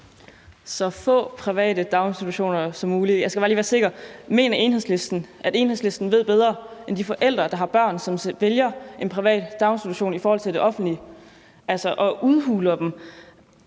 så få private daginstitutioner som muligt. Jeg skal bare lige være sikker: Mener Enhedslisten, at Enhedslisten ved bedre end de forældre, som vælger en privat daginstitution til deres børn i stedet